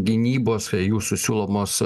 gynybos jūsų siūlomos